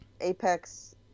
apex